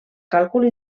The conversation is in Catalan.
càlcul